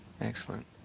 excellent